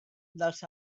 dels